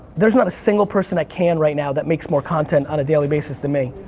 there's not a single person at cannes right now that makes more content on a daily basis than me.